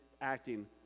acting